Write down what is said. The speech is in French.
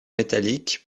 métalliques